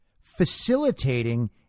facilitating